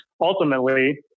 ultimately